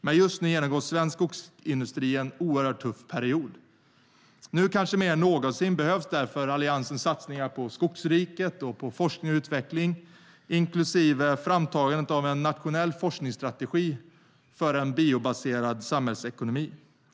Men just nu genomgår svensk skogsindustri en oerhört tuff period. Nu kanske mer än någonsin behövs därför Alliansens satsningar på Skogsriket och på forskning och utveckling inklusive framtagandet av en nationell forskningsstrategi för utveckling av en biobaserad samhällsekonomi.